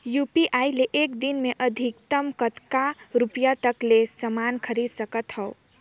UPI ले एक दिन म अधिकतम कतका रुपिया तक ले समान खरीद सकत हवं?